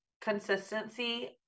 consistency